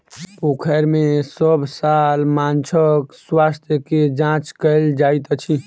पोखैर में सभ साल माँछक स्वास्थ्य के जांच कएल जाइत अछि